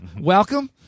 Welcome